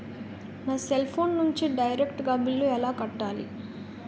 నా cell phone నుంచి direct గా బిల్లు ఎలా కట్టాలి?